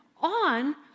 on